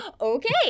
Okay